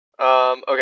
okay